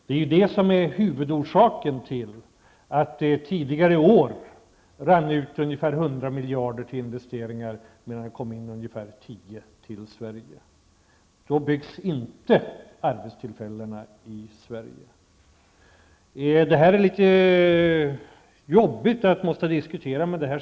Det är huvudorsaken till att det tidigare i år rann ut ungefär 100 miljarder i investeringar medan det kom in ungefär 10 till Sverige. Då byggs inte arbetstillfällen i Sverige. Det är litet jobbigt att behöva diskutera det här.